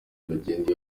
magendu